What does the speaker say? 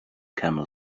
camel